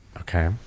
Okay